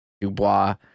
Dubois